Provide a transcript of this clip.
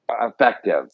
Effective